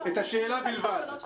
את השאלה בלבד.